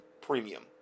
premium